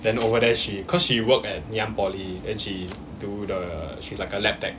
then over there she cause she worked at ngee ann poly then she do the she's like a lab tech